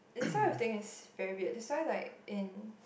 this one the thing is very weird that's why like in